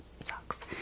sucks